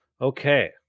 Okay